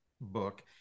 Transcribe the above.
book